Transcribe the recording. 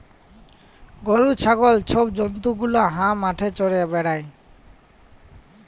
গরু, ছাগল ছব জল্তু গুলা হাঁ মাঠে চ্যরে বেড়ায়